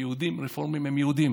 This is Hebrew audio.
יהודים רפורמים הם יהודים.